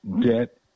debt